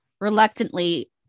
Reluctantly